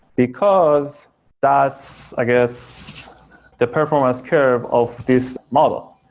because that's i guess the performance curve of this model.